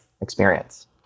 experience